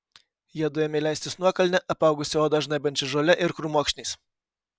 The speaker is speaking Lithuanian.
jiedu ėmė leistis nuokalne apaugusia odą žnaibančia žole ir krūmokšniais